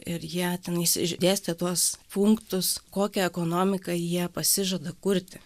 ir jie tenais išdėstė tuos punktus kokią ekonomiką jie pasižada kurti